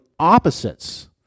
opposites